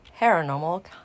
paranormal